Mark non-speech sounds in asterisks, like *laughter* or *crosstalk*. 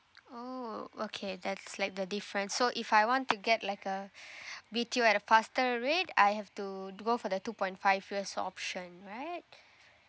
oh okay that's like the different so if I want to get like uh *breath* B_T_O at a faster rate I have to go for the two point five years option right